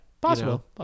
Possible